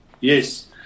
Yes